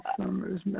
Summer's